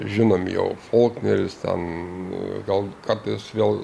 žinomi jau folkneris ten gal kartais vėl